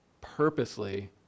purposely